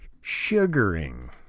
sugaring